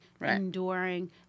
enduring